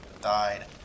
died